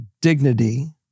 dignity